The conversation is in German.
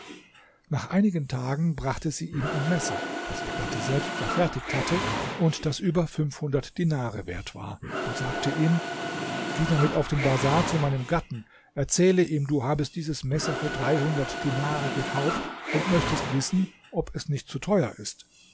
nach einigen tagen brachte sie ihm ein messer das ihr gatte selbst verfertigt hatte und das über fünfhundert dinare wert war und sagte ihm geh damit auf den bazar zu meinem gatten erzähle ihm du habest dieses messer für dreihundert dinare gekauft und möchtest wissen ob es nicht zu teuer ist